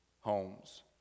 homes